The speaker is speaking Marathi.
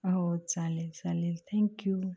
हो चालेल चालेल थँक्यू